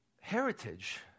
heritage